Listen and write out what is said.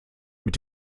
mit